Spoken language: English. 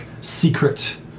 secret